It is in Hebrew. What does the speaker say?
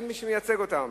אין מי שמייצג אותם.